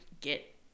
get